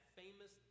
famous